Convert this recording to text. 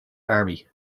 army